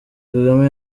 kagame